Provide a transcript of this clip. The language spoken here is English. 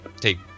take